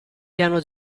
piano